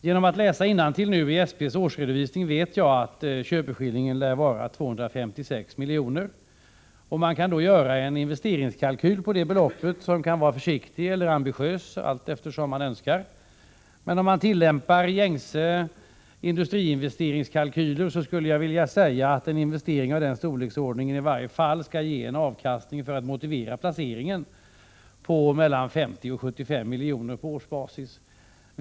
Genom att ha läst innantill i SP:s årsredovisning vet jag att köpeskillingen är 256 milj.kr. Man kan göra en investeringskalkyl på det beloppet, som kan vara försiktig eller ambitiös, allteftersom man önskar. Om man tillämpar gängse industriinvesteringskalkyler skulle man kunna säga att en industriinvestering i denna storleksordning skall ge en avkastning på mellan 50 och 75 milj.kr. på årsbasis för att motivera placeringen.